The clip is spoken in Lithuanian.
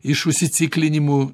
iš užsiciklinimų